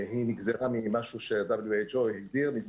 שהיא נגזרה מאיזה משהו שעבר --- מזמן,